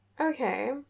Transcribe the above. Okay